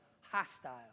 hostile